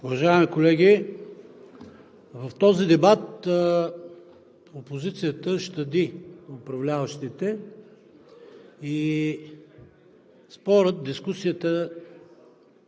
Уважаеми колеги, в този дебат опозицията щади управляващите и дискусията